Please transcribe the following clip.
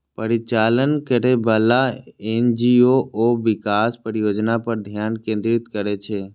परिचालन करैबला एन.जी.ओ विकास परियोजना पर ध्यान केंद्रित करै छै